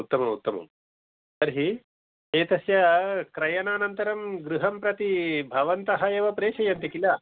उत्तमम् उत्तमं तर्हि एतस्य क्रयणानन्तरं गृहं प्रती भवन्तः एव प्रेषयन्ति किल